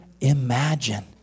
imagine